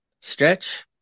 Stretch